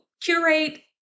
curate